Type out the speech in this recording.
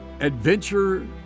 adventure